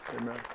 Amen